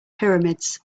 pyramids